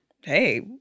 hey